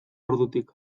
ordutik